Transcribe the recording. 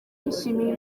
yishimiye